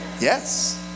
Yes